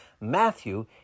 Matthew